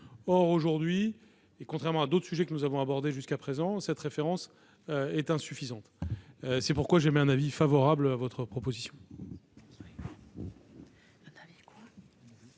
Aujourd'hui, et contrairement à d'autres sujets que nous avons abordés jusqu'à présent, cette référence est insuffisante. C'est pourquoi je suis favorable à votre proposition.